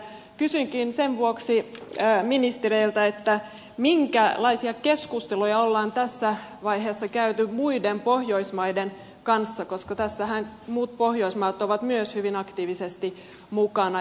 kysynkin sen vuoksi ministereiltä minkälaisia keskusteluja on tässä vaiheessa käyty muiden pohjoismaiden kanssa koska tässähän muut pohjoismaat ovat myös hyvin aktiivisesti mukana